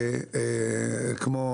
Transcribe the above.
כמו,